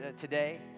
today